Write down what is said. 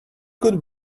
good